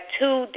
two